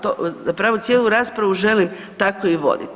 To zapravo cijelu raspravu želim tako i voditi.